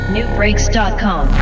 Newbreaks.com